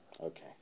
Okay